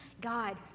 God